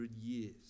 years